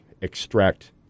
extract